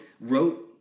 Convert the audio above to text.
wrote